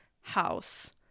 house